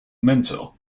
mentor